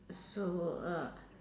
so uh